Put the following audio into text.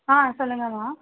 ஆ சொல்லுங்கம்மா